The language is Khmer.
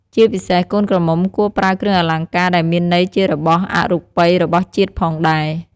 ជាពិសេសកូនក្រមុំគួរប្រើគ្រឿងអលង្ការដែលមានន័យជារបស់អរូបីរបស់ជាតិផងដែរ។